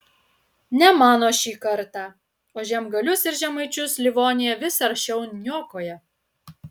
ne mano šį kartą o žiemgalius ir žemaičius livonija vis aršiau niokoja